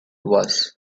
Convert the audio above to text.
was